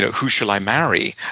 yeah who shall i marry?